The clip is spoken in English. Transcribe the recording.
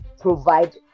provide